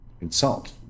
insult